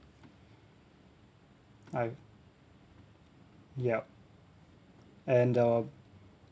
ah yup and uh